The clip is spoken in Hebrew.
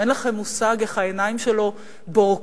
אין לכם מושג איך העיניים שלו בורקות